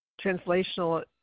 Translational